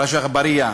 רג'א אגבאריה,